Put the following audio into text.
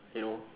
you know